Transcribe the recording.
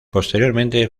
posteriormente